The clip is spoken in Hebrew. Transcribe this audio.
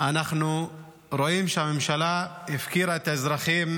אנחנו רואים שהממשלה הפקירה את האזרחים,